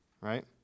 right